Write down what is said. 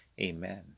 Amen